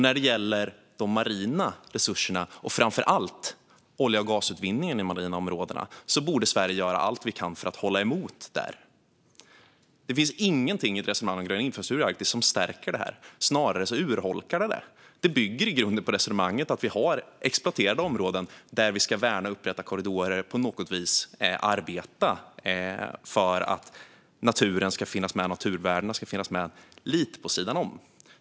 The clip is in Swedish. När det gäller de marina resurserna och framför allt olje och gasutvinningen i de marina områdena borde Sverige göra allt vi kan för att hålla emot där. Det finns ingenting i resonemanget om grön infrastruktur i Arktis som stärker det, utan snarare urholkas det. Det bygger i grunden på resonemanget att vi har exploaterade områden där vi ska värna och upprätta korridorer och på något vis arbeta för att naturvärdena ska finnas med lite vid sidan om.